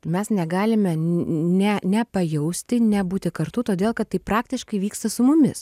mes negalime ne nepajausti nebūti kartu todėl kad tai praktiškai vyksta su mumis